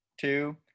two